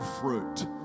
fruit